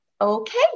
okay